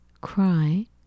cry